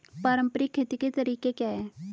पारंपरिक खेती के तरीके क्या हैं?